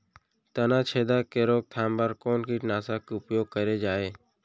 तनाछेदक के रोकथाम बर कोन कीटनाशक के उपयोग करे जाये?